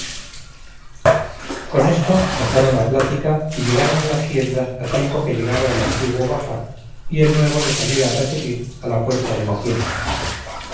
con esto dejaron la plática y llegaron a las tiendas a tiempo que llegaba el antiguo bajá y el nuevo le salía a recebir a la puerta de la tienda